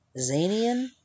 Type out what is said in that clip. Zanian